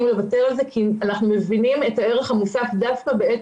לוותר על זה כי אנחנו מבינים את הערך המוסף דווקא בעת